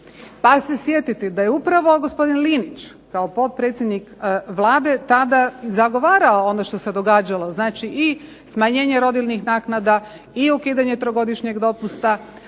pa se sjetiti da je upravo gospodin Linić kao potpredsjednik Vlade tada zagovarao ono što se događalo, znači i smanjenje rodiljnih naknada i ukidanje trogodišnjeg dopusta,